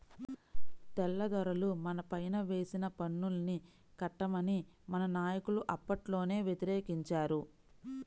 తెల్లదొరలు మనపైన వేసిన పన్నుల్ని కట్టమని మన నాయకులు అప్పట్లోనే వ్యతిరేకించారు